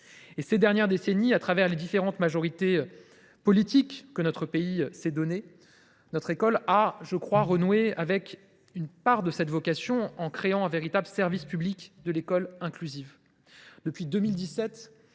Ces dernières décennies, au travers des différentes majorités politiques que notre pays s’est données, notre école a renoué avec une part de cette vocation en créant un véritable service public de l’école inclusive.